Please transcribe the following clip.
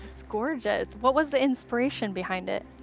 it's gorgeous. what was the inspiration behind it?